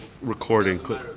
recording